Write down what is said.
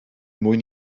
mwyn